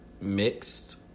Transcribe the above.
mixed